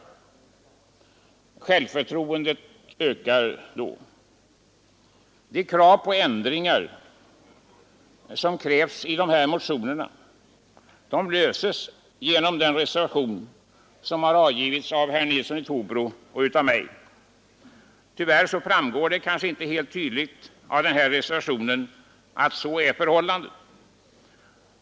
På det sättet ökar självförtroendet. De krav på ändringar som framläggs i dessa motioner kan tillgodoses genom bifall till den reservation som har avgivits av herr Nilsson i Trobro och mig. Tyvärr framgår det inte helt tydligt av reservationen att så är fallet.